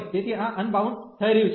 તેથી આ અનબાઉન્ડ થઈ રહ્યું છે